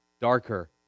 darker